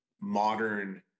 modern